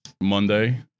Monday